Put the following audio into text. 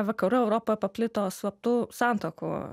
vakarų europoje paplito slaptų santuokų